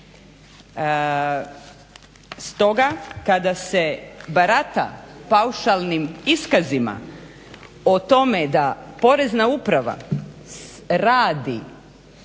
Stoga kada se barata paušalnim iskazima o tome da Porezna uprava radi